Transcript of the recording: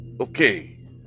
Okay